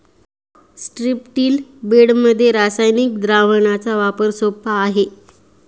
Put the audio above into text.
स्ट्रिप्टील बेडमध्ये रासायनिक द्रावणाचा वापर सोपा आहे